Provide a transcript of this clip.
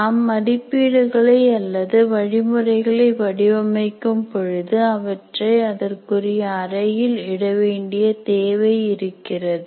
நாம் மதிப்பீடுகளை அல்லது வழிமுறைகளை வடிவமைக்கும் பொழுது அவற்றை அதற்குரிய அறையில் இட வேண்டிய தேவை இருக்கிறது